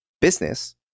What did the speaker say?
business